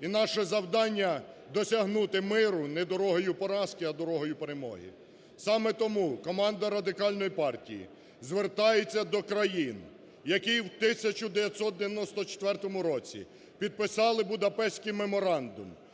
І наше завдання – досягнути миру не дорогою поразки, а дорогою перемоги. Саме тому команда Радикальної партії звертається до країн, які в 1994 році підписали Будапештський меморандум,